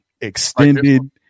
extended